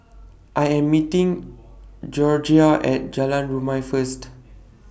I Am meeting Gregoria At Jalan Rumia First